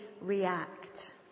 react